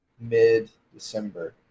mid-December